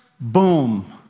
boom